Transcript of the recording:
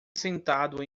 sentado